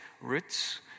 roots